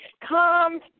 come